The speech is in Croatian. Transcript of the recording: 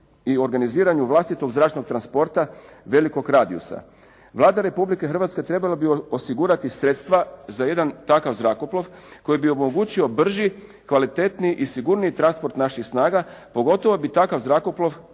i organiziranju vlastitog zračnog transporta velikog radijusa. Vlada Republike Hrvatske trebala bi osigurati sredstva za jedan takav zrakoplov koji bi omogućio brži, kvalitetniji i sigurniji transport naši snaga, pogotovo bi takav zrakoplov